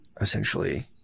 essentially